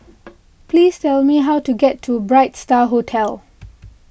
please tell me how to get to Bright Star Hotel